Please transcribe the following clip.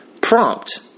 prompt